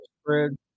spread